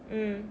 mm